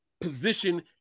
position